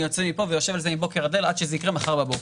אני יוצא מפה ויושב על זה מבוקר עד ליל עד שזה יקרה מחר בבוקר.